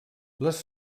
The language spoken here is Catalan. les